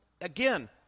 Again